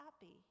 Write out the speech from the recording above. happy